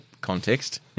Context